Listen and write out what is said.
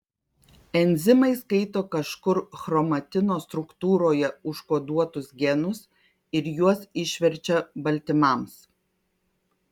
enzimai skaito kažkur chromatino struktūroje užkoduotus genus ir juos išverčia baltymams